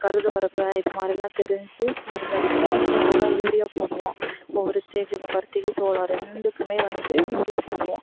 கருது வரப்போ இது மாதிரிலாம் தெரிஞ்சு மருந்தடிப்போம் அப்புறம் உரம் யூரியா போடுவோம் ஒவ்வொரு ஸ்டேஜுக்கும் பருத்திக்கும் சோளம் ரெண்டுக்குமே வந்து யூரியா போடுவோம்